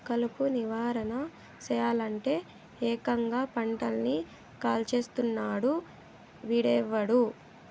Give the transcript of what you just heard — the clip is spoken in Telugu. కలుపు నివారణ సెయ్యలంటే, ఏకంగా పంటని కాల్చేస్తున్నాడు వీడెవ్వడు